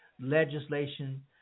legislation